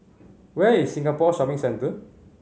where is Singapore Shopping Centre